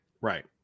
Right